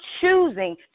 choosing